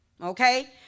Okay